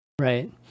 Right